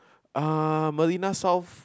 ah Marina-South